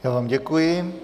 Já vám děkuji.